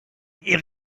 ihre